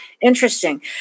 Interesting